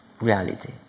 reality